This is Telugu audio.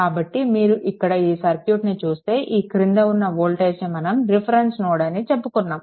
కాబట్టి మీరు ఇక్కడ ఈ సర్క్యూట్ని చూస్తే ఈ క్రింద ఉన్న వోల్టేజ్ని మనం రిఫరెన్స్ వోల్టేజ్ అని చెప్పుకున్నాము